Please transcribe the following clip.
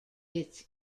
its